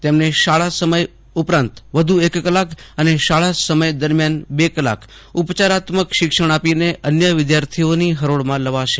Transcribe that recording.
તેમને શાળા સમય ઉપરાંત વધુ એક કલાક અને શાળા સમય દરિમયાન બે કલાક ઉપરાચાત્મક શિક્ષણ આપીને અન્ય વિદ્યાર્થીઓની હરોળમાં લવાશે